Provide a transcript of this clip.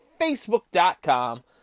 Facebook.com